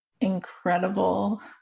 incredible